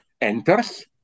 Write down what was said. enters